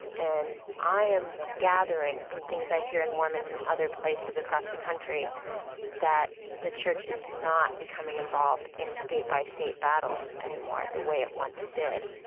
and i am gathering from things i hear in mormons and other places across the country that the church is not becoming involved in state-by-state battles anymore the way it once did.